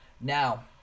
now